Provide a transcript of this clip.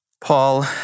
Paul